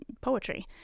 poetry